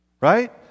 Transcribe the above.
Right